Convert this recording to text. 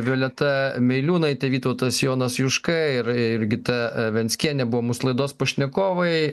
violeta meiliūnaitė vytautas jonas juška ir jurgita venckienė buvo mūsų laidos pašnekovai